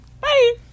Bye